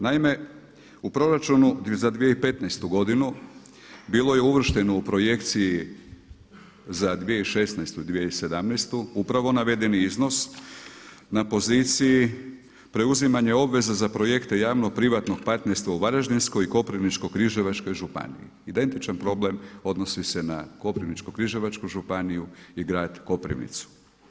Naime, u proračunu za 2015. godinu bilo je uvršteno u projekciji za 2016., 2017. upravo navedeni iznos na poziciji preuzimanje obveza za projekte javno privatnog partnerstva u Varaždinskoj, Koprivničko-križevačkoj županiji, identičan problem odnosi se na Koprivničko-križevačku županiju i grad Koprivnicu.